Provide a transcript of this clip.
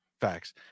Facts